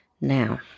Now